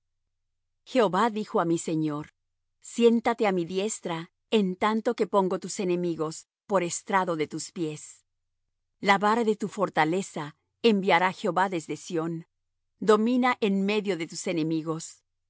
jehova dijo á mi señor siéntate á mi diestra en tanto que pongo tus enemigos por estrado de tus pies la vara de tu fortaleza enviará jehová desde sión domina en medio de tus enemigos tu